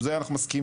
זה היינו מסכימים.